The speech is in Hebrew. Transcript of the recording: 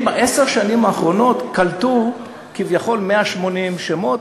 הם בעשר השנים האחרונות קלטו כביכול 180 שמות,